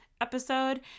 episode